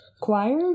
Choir